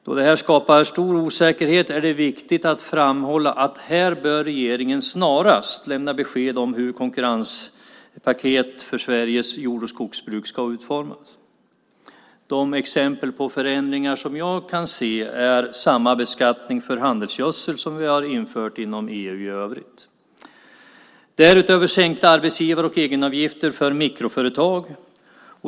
Då det skapar stor osäkerhet är det viktigt att framhålla att här bör regeringen snarast lämna besked om hur konkurrenspaket för Sveriges jord och skogsbruk ska utformas. De exempel på förändringar som jag kan se är samma beskattning för handelsgödsel som vi har infört inom EU i övrigt, därutöver sänkta arbetsgivar och egenavgifter för mikroföretag.